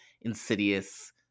insidious